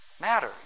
matter